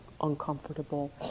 uncomfortable